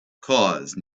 cause